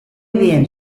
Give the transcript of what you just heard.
bien